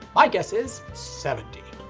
my guess is, seventy.